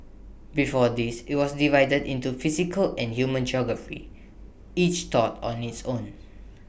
before this IT was divided into physical and human geography each taught on its own